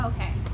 Okay